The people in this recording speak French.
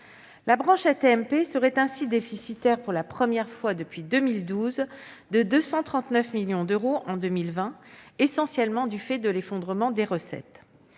La branche AT-MP serait ainsi déficitaire, pour la première fois depuis 2012, de 239 millions d'euros en 2020, essentiellement du fait de l'effondrement des recettes.